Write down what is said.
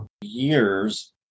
years